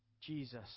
Jesus